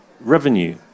revenue